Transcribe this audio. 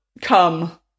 come